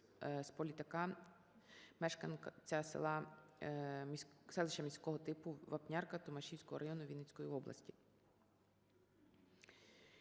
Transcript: Сполітака І.Г., мешканця селища міського типу Вапнярка Томашпільського району Вінницької області.